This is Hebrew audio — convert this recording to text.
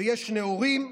ויש נאורים.